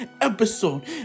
episode